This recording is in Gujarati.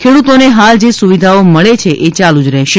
ખેડૂતોને હાલ જે સુવિધાઓ મળે છે એ યાલુ જ રહેશે